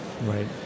right